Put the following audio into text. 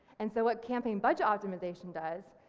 and so what campaign budget optimisation does,